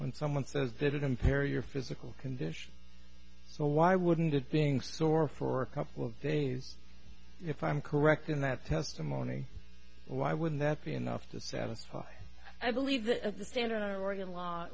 when someone says did it impair your physical condition so why wouldn't it being sore for a couple of days if i'm correct in that testimony why would that be enough to satisfy i believe that the standard oregon law